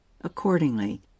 Accordingly